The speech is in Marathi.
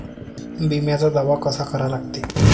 बिम्याचा दावा कसा करा लागते?